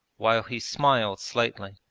while he smiled slightly.